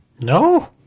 No